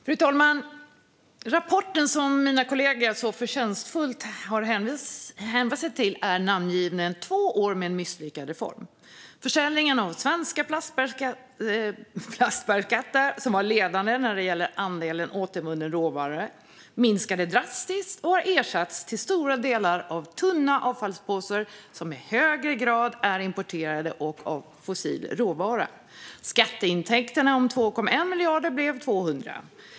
Fru talman! Rapporten som mina kollegor så förtjänstfullt har hänvisat till är namngiven Två år med en misslyckad reform . Försäljningen av svenska plastbärkassar, som är ledande när det gäller andelen återvunnen råvara, minskade drastiskt. Dessa kassar har till stora delar ersatts av tunna avfallspåsar som i högre grad är importerade och av fossil råvara. Skatteintäkterna om 2,1 miljarder blev 200 miljoner.